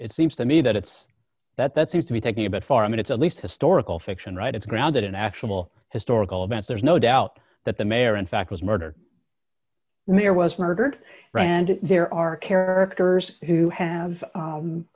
it seems to me that it's that that seems to be talking about farming it's at least historical fiction right it's grounded in actual historical events there's no doubt that the mayor in fact was murdered and there was murdered rand there are characters who ha